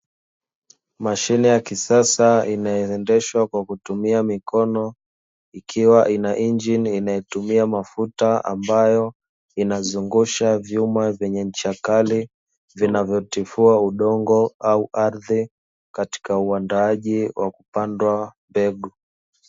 Mashine ya kisasa, inayoendeshwa kwa kutumia mikono, ikiwa ina injini inayotumia mafuta, ambayo inazungusha vyuma vyenye ncha kali, vinavyotifua udongo au ardhi katika uandaaji wa kupandwa mbegu.